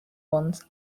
ones